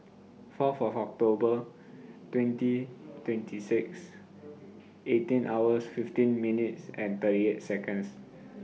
four four of October twenty twenty six eighteen hours fifteen minutes and thirty eight Seconds